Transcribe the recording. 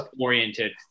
oriented